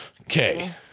Okay